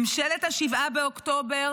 ממשלת ה-7 באוקטובר,